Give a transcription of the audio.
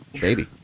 Baby